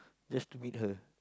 just to meet her